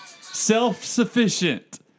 self-sufficient